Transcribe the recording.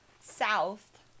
south